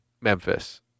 Memphis